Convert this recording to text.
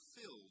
filled